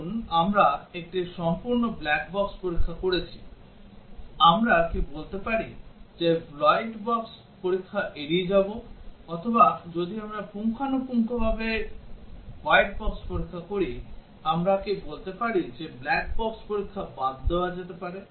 ধরুন আমরা একটি সম্পূর্ণ ব্ল্যাক বক্স পরীক্ষা করেছি আমরা কি বলতে পারি যে আমরা হোয়াইট বক্স পরীক্ষা এড়িয়ে যাব অথবা যদি আমরা একটি পুঙ্খানুপুঙ্খভাবে হোয়াইট বক্স পরীক্ষা করি আমরা কি বলতে পারি যে ব্ল্যাক বক্স পরীক্ষা বাদ দেওয়া যেতে পারে